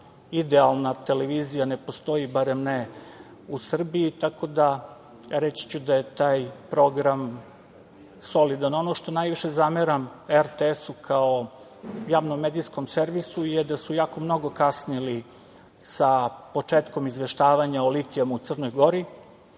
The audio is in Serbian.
idealna televizija ne postoji, barem ne, u Srbiji. Tako da, reći ću da je taj program solidan. Ono što najviše zameram RTS kao javno medijskom servisu, je da su jako mnogo kasnili sa početkom izveštavanja o litijama u Crnoj Gori,